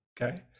Okay